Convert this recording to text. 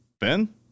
Ben